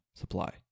supply